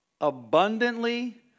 abundantly